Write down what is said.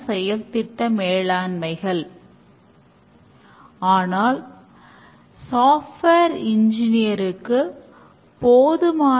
எந்த செயல்முறை மாதிரியானது பின்வரும் திட்டங்களுக்கு பொருந்தும்